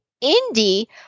Indy